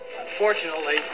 Unfortunately